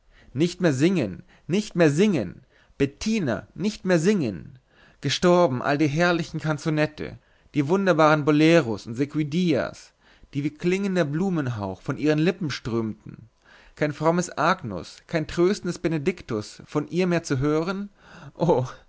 nicht mehr singen nicht mehr singen bettina nicht mehr singen gestorben all die herrlichen kanzonette die wunderbaren boleros und seguidillas die wie klingender blumenhauch von ihren lippen strömten kein frommes agnus kein tröstendes benedictus von ihr mehr hören